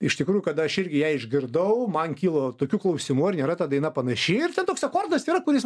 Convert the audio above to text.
iš tikrųjų kada aš irgi ją išgirdau man kilo tokių klausimų ar nėra ta daina panaši ir ten toks rekordas yra kuris